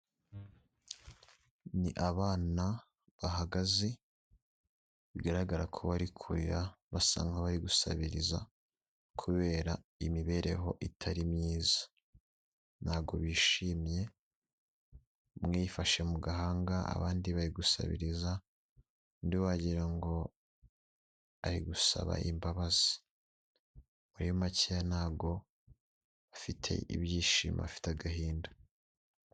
Ni abana bahagaze bigaragara ko bari kurira basa nk'abari gusabiriza kubera imibereho itari myiza, ntago bishimye, umwe yifashe mu gahanga abandi bari gusabiriza undi wagira ngo ari gusaba imbabazi muri makeya ntago afite ibyishimo afite agahinda.